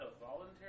voluntary